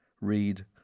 Read